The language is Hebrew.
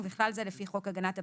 ובכלל זה לפי חוק הגנת הפרטיות,